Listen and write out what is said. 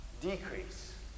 decrease